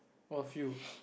a few